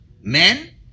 men